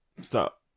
Stop